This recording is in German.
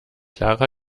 clara